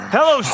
Hello